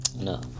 no